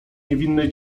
niewinnej